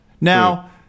Now